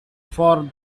for